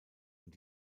und